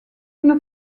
une